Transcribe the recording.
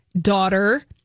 daughter